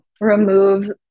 remove